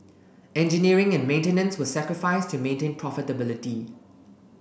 engineering and maintenance were sacrificed to maintain profitability